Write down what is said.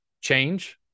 change